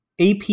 AP